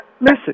Listen